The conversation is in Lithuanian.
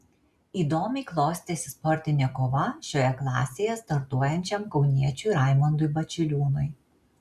įdomiai klostėsi sportinė kova šioje klasėje startuojančiam kauniečiui raimondui bačiliūnui